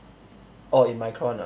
orh in micron ah